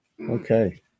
Okay